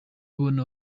ubona